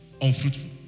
Unfruitful